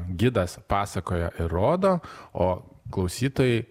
gidas pasakoja ir rodo o klausytojai